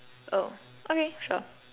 oh okay sure